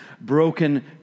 broken